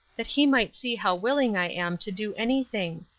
that he might see how willing i am to do anything.